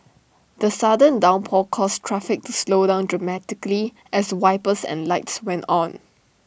the sudden downpour caused traffic to slow down dramatically as wipers and lights went on